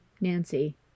Nancy